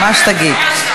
מה שתגיד.